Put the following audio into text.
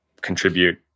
contribute